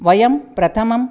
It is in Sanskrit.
वयं प्रथमम्